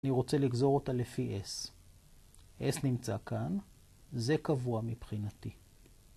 אני רוצה לגזור אותה לפי s, s נמצא כאן, זה קבוע מבחינתי.